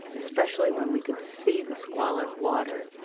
especially when we could see the squalid water.